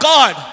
God